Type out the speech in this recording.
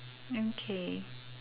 okay